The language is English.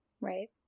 right